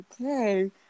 okay